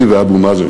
אני ואבו מאזן,